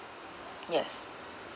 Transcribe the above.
yes